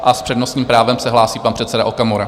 S přednostním právem se hlásí pan předseda Okamura.